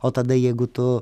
o tada jeigu tu